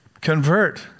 convert